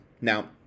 Now